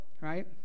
right